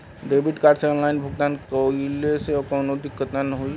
Debit card से online भुगतान कइले से काउनो दिक्कत ना होई न?